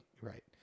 right